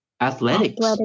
athletics